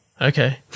okay